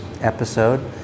episode